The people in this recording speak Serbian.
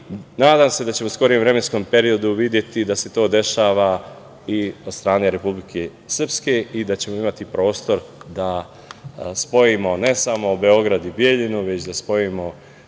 nadam se da ćemo u skorijem vremenskom periodu videti da se to dešava i od strane Republike Srpske i da ćemo imati prostor da spojimo ne samo Beograd i Bijeljinu, nego da spojimo i